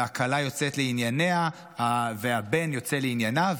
והכלה יוצאת לענייניה והבן יוצא לענייניו,